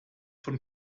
von